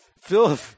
Phil